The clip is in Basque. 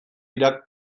iragarri